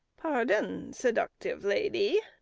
pardon, seductive lady,